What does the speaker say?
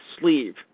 sleeve